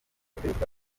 perezida